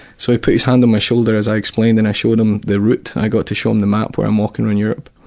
so he put his hand on my shoulder as i explained, and i showed him the route, i got to show him the map where i'm walking around europe.